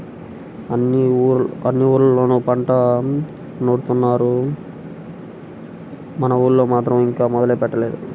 అన్ని ఊర్లళ్ళోనూ పంట నూరుత్తున్నారు, మన ఊళ్ళో మాత్రం ఇంకా మొదలే పెట్టలేదు